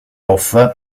off